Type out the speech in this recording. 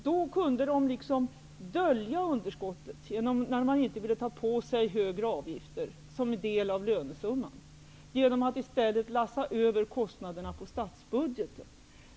Då kunde de dölja under skottet, när de inte ville ta på sig högre avgifter som en del av lönesumman. De kunde i stället lassa över kostnaderna på statsbudgeten.